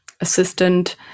assistant